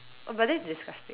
oh but that is disgusting